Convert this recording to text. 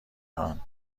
هان